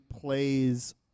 plays